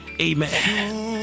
amen